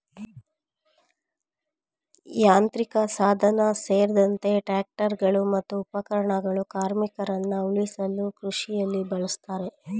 ಯಾಂತ್ರಿಕಸಾಧನ ಸೇರ್ದಂತೆ ಟ್ರಾಕ್ಟರ್ಗಳು ಮತ್ತು ಉಪಕರಣಗಳು ಕಾರ್ಮಿಕರನ್ನ ಉಳಿಸಲು ಕೃಷಿಲಿ ಬಳುಸ್ತಾರೆ